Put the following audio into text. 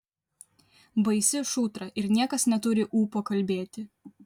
baisi šutra ir niekas neturi ūpo kalbėti